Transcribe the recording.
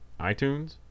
iTunes